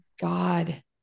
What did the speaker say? God